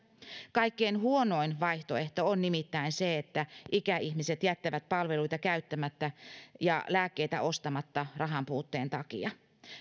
kaikkein huonoin vaihtoehto on nimittäin se että ikäihmiset jättävät palveluita käyttämättä ja lääkkeitä ostamatta rahanpuutteen takia